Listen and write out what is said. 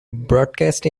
broadcast